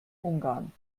ungarn